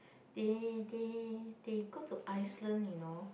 they they they go to Iceland you know